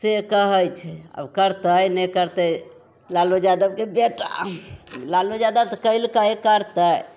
से कहै छै आब करतै नहि करतै लालू यादवके बेटा लालू यादव तऽ कएलकै करतै